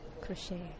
Crochet